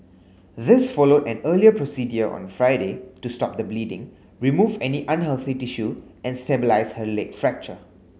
this followed an earlier procedure on Friday to stop the bleeding remove any unhealthy tissue and stabilise her leg fracture